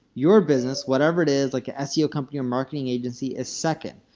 your business, whatever it is, like an seo company or marketing agency, is second.